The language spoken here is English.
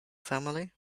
family